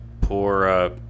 poor